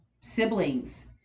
siblings